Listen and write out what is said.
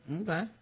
Okay